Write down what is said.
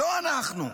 לא אנחנו,